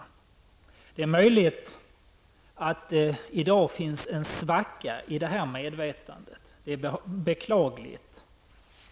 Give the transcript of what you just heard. Det är möjligt att det i dag finns en svacka i detta medvetande. Detta är beklagligt.